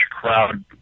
crowd